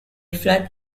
flat